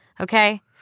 Okay